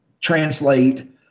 translate